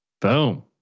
Boom